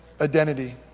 identity